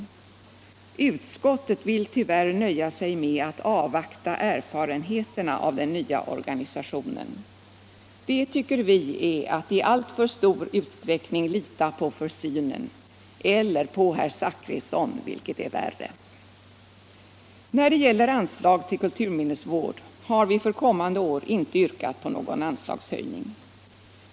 Utskottet vill tyvärr nöja sig med att avvakta erfarenheterna av den nya organisationen. Det tycker vi är att i alltför stor utsträckning lita på försynen, eller på herr Zachrisson, vilket är värre. När det gäller anslag till kulturminnesvård har vi för kommande år inte yrkat på någon anslagshöjning.